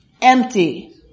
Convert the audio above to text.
empty